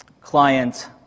client